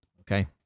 okay